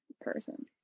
person